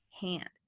hand